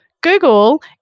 Google